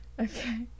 Okay